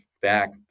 back